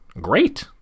great